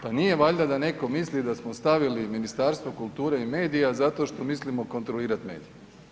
Pa nije valjda da netko misli da smo stavili Ministarstvo kulture i medija zato što mislimo kontrolirati medije.